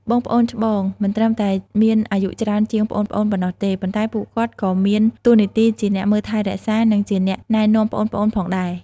បងប្អូនច្បង មិនត្រឹមតែមានអាយុច្រើនជាងប្អូនៗប៉ុណ្ណោះទេ ប៉ុន្តែពួកគាត់ក៏មាន តួនាទីជាអ្នកមើលថែរក្សា និងជាអ្នកណែនាំ ប្អូនៗផងដែរ។